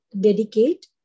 dedicate